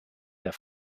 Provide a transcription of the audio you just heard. der